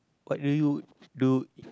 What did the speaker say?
what you would do